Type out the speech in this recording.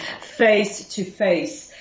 face-to-face